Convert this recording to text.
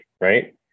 right